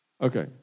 Okay